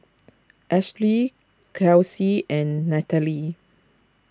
Ashely Kelsie and Natalie